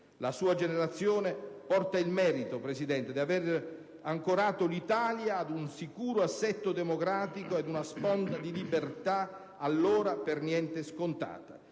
La sua generazione porta il merito di aver ancorato l'Italia ad un sicuro assetto democratico e ad una sponda di libertà allora per niente scontata.